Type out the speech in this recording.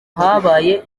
habaye